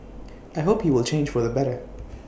I hope he will change for the better